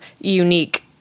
unique